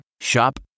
Shop